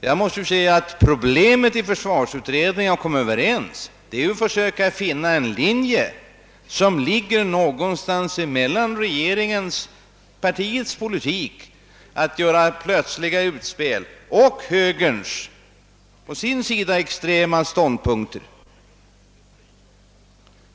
Problemet att komma överens i försvarsutredningen ligger ju i svårigheterna att finna en linje som går någonstans mellan regeringspartiets politik, som kännetecknas av plötsliga utspel, och högerns extrema ståndpunkter.